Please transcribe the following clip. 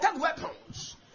weapons